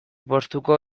poztuko